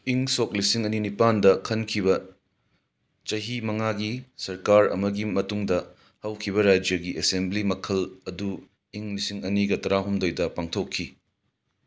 ꯏꯪ ꯁꯣꯛ ꯂꯤꯁꯤꯡ ꯑꯅꯤ ꯅꯤꯄꯥꯟꯗ ꯈꯟꯈꯤꯕ ꯆꯍꯤ ꯃꯉꯥꯒꯤ ꯁꯔꯀꯥꯔ ꯑꯃꯒꯤ ꯃꯇꯨꯡꯗ ꯍꯧꯈꯤꯕ ꯔꯥꯖ꯭ꯌꯒꯤ ꯑꯦꯁꯦꯝꯕ꯭ꯂꯤ ꯃꯈꯜ ꯑꯗꯨ ꯏꯪ ꯂꯤꯁꯤꯡ ꯑꯅꯤꯒ ꯇꯔꯥꯍꯨꯝꯗꯣꯏꯗ ꯄꯥꯡꯊꯣꯛꯈꯤ